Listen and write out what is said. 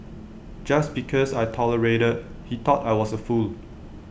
just because I tolerated he thought I was A fool